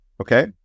okay